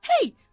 hey